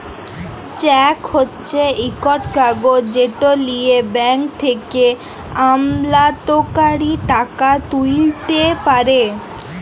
cheque হছে ইকট কাগজ যেট লিঁয়ে ব্যাংক থ্যাকে আমলাতকারী টাকা তুইলতে পারে